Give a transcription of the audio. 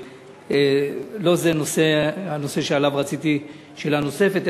לא זה הנושא שעליו רציתי שאלה נוספת,